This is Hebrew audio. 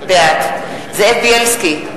בעד זאב בילסקי,